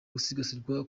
gusigasirwa